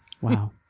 wow